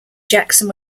jackson